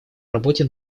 работе